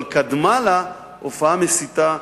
אבל קדמה לה הופעה מסיתה